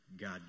God